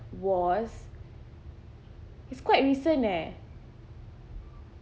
was it's quite recent eh